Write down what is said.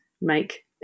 make